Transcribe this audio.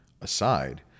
aside